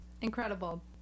Incredible